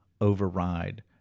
override